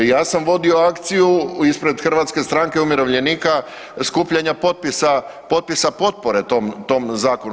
Ja sam vodio akciju ispred Hrvatske stranke umirovljenika skupljanja potpisa potpore tom zakonu.